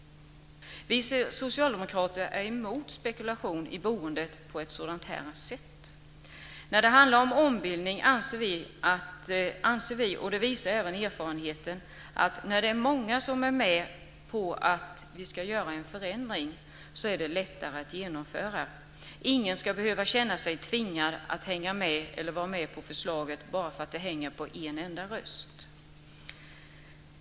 Vi socialdemokrater är emot spekulation i boendet på ett sådant sätt. När det handlar om ombildning anser vi - och det visar även erfarenheten - att när det är många som är med på att göra en förändring är det lättare att genomföra den. Ingen ska behöva känna sig tvingad att vara med på förslaget bara för att det hänger på en enda röst.